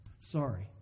Sorry